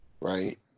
right